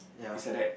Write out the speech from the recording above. it's like that